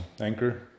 Anchor